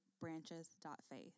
Branches.faith